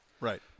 Right